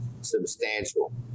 substantial